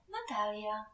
Natalia